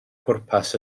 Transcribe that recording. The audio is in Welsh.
pwrpas